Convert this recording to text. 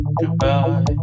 Goodbye